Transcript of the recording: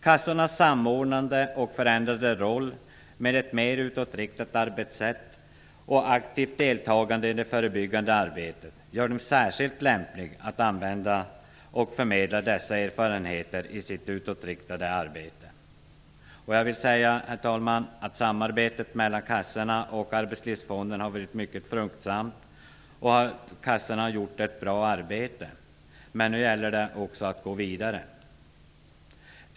Kassornas samordnande och förändrade roll mer ett mer utåtriktat arbetssätt och aktivt deltagande i det förebyggande arbetet gör dem särskilt lämpliga att använda och förmedla dessa erfarenheter i sitt utåtriktade arbete. Herr talman! Samarbetet mellan kassorna och Arbetslivsfonden har varit mycket fruktsamt. Kassorna har gjort ett bra arbete. Men nu gäller det att gå vidare.